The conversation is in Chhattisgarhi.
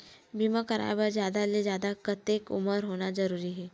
बीमा कराय बर जादा ले जादा कतेक उमर होना जरूरी हवय?